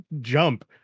jump